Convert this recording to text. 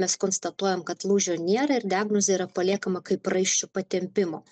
mes konstatuojam kad lūžio nėra ir diagnozė yra paliekama kaip raiščių patempimo